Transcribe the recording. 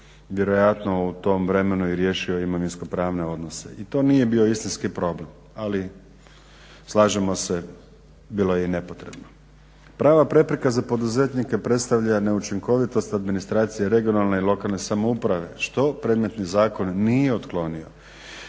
vjerojatno u tom vremenu i riješio imovinsko-pravne odnose. I to nije bio istinski problem, ali slažemo se bilo je i nepotrebno. Prava prepreka za poduzetnike predstavlja neučinkovitost administracije regionalne i lokalne samouprave što predmetni zakon nije otklonio